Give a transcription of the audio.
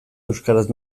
euskaraz